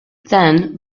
then